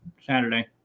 Saturday